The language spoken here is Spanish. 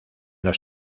los